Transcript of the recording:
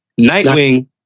Nightwing